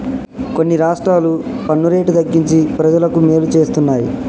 కొన్ని రాష్ట్రాలు పన్ను రేటు తగ్గించి ప్రజలకు మేలు చేస్తున్నాయి